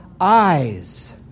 eyes